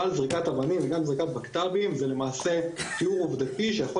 אבל זריקת אבנים וגם זריקת בקת"בים זה למעשה תיאור עובדתי שיכול